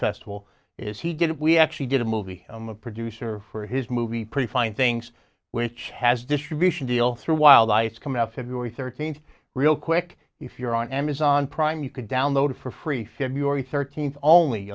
festival is he get we actually get a movie i'm a producer for his movie pretty fine things which has a distribution deal through wildlife's come out february thirteenth real quick if you're on amazon prime you could download for free february thirteenth only